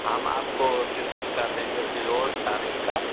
हम आपको सीसम का देंगे प्योर सारगिल का